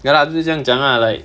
ya lah 就是这样讲 lah like